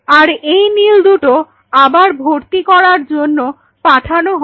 আর এই নীল দুটো আবার ভর্তি করার জন্য পাঠানো হবে